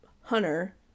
Hunter